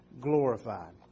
glorified